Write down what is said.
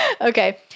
Okay